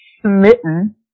smitten